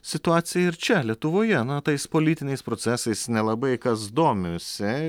situaciją ir čia lietuvoje na tais politiniais procesais nelabai kas domisi